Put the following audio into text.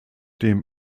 dem